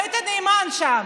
היית נאמן שם.